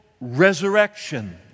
resurrection